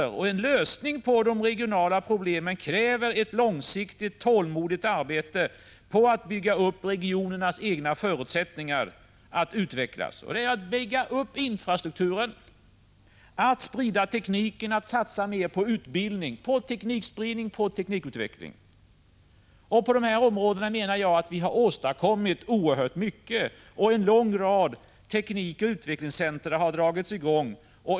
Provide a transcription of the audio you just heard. För att nå en lösning på de regionalpolitiska problemen krävs ett långsiktigt, tålmodigt arbete på att bygga upp regionernas egna förutsättningar att utvecklas. Det gäller att bygga upp infrastrukturen, sprida tekniken och satsa mer på utbildning och teknikutveckling. På dessa områden har vi åstadkommit oerhört mycket. En lång rad teknikoch utvecklingscentra har dragit i gång.